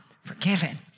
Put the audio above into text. forgiven